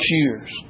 years